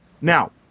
Now